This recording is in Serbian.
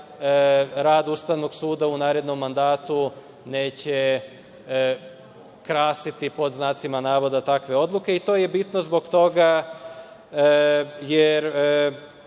rad Ustavnog suda u narednom mandatu neće krasiti, pod znacima navoda, takve odluke. To je bitno zbog toga jer